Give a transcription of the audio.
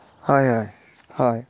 हय हय हय